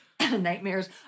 Nightmares